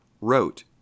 wrote